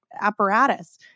apparatus